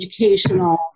educational